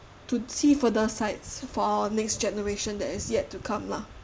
to see further sites for our next generation that is yet to come lah